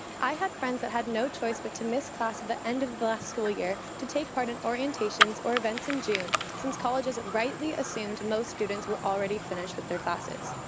i had friends that had no choice but to miss class at the end of the last school year to take part in orientations or events in june since colleges rightly assumed most students were already finished with their classes.